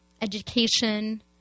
Education